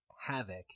Havoc